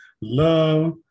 Love